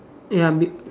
ya b~